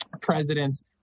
presidents